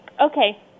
Okay